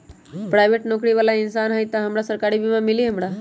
Private नौकरी बाला इंसान हई त हमरा सरकारी बीमा मिली हमरा?